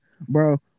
Bro